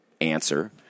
answer